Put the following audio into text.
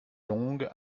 longue